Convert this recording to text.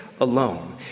alone